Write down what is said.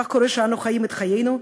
כך קורה שאנו חיים את חיינו,